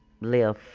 live